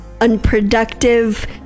unproductive